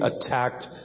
attacked